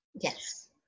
Yes